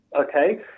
okay